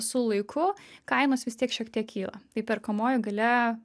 su laiku kainos vis tiek šiek tiek kyla tai perkamoji galia